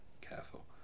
Careful